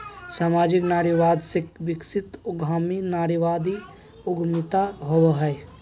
सामाजिक नारीवाद से विकसित उद्यमी नारीवादी उद्यमिता होवो हइ